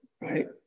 right